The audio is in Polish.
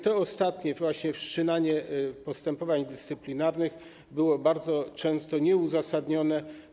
To ostatnie, właśnie wszczynanie postępowań dyscyplinarnych, było bardzo często nieuzasadnione.